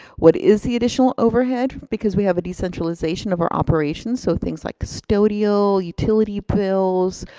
what is the initial overhead? because we have a decentralization of our operations, so things like custodial, utility bills,